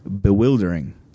bewildering